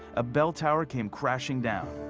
a bell tower came crashing down.